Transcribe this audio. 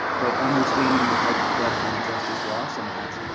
but understanding the type of question justice lawson asked,